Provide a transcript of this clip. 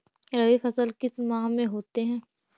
रवि फसल किस माह में होते हैं?